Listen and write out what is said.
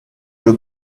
will